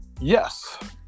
Yes